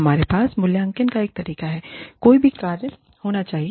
हमारे पास मूल्यांकन का एक तरीका कोई भी कार्य होना चाहिए